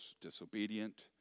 disobedient